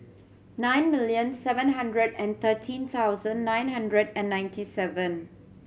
nine million seven hundred and thirteen thousand nine hundred and ninety seven